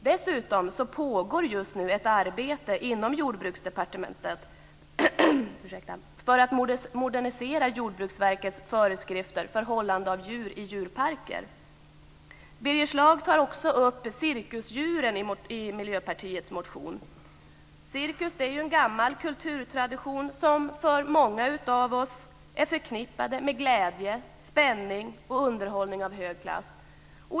Dessutom pågår just nu ett arbete inom Jordbruksdepartementet för att modernisera Jordbruksverkets föreskrifter för hållande av djur i djurparker. Birger Schlaug tar också upp cirkusdjuren i Miljöpartiets motion. Cirkus är ju en gammal kulturtradition som för många av oss är förknippad med glädje, spänning och underhållning av hög klass.